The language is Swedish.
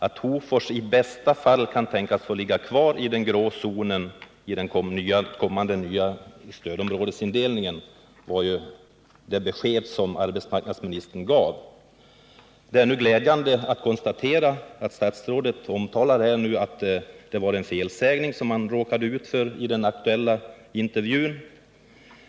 Att Hofors i bästa fall kan tänkas få ligga kvar i den grå zonen i den kommande nya stödområdesindelningen var det besked som arbetsmarknadsministern gav. Det är glädjande att statsrådet nu omtalar att det var en felsägning som han råkade ut för i den aktuella intervjun.